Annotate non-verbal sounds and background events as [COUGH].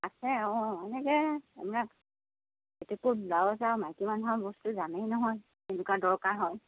আছে অঁ এনেকে [UNINTELLIGIBLE] পেটিকোট ব্লাউজ আৰু মাইকী মানুহৰ বস্তু জানেই নহয় কেনেকুৱা দৰকাৰ হয়